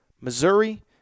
Missouri